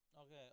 okay